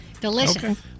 Delicious